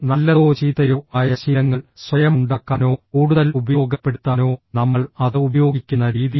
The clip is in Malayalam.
നല്ലതോ ചീത്തയോ ആയ ശീലങ്ങൾ സ്വയം ഉണ്ടാക്കാനോ കൂടുതൽ ഉപയോഗപ്പെടുത്താനോ നമ്മൾ അത് ഉപയോഗിക്കുന്ന രീതിയും